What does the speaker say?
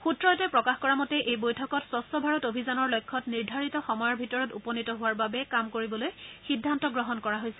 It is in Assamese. সূত্ৰটোৱে প্ৰকাশ কৰা মতে এই বৈঠকত স্বছ্ ভাৰত অভিযানৰ লক্ষ্যত নিৰ্ধাৰিত সময়ৰ ভিতৰত উপনীত হোৱাৰ বাবে কাম কৰিবলৈ সিদ্ধান্ত গ্ৰহণ কৰা হৈছে